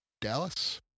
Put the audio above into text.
Dallas